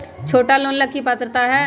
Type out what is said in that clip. छोटा लोन ला की पात्रता है?